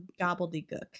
gobbledygook